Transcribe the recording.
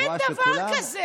אין דבר כזה.